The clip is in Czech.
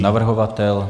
Navrhovatel?